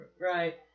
Right